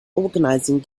organising